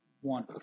One